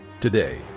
today